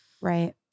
Right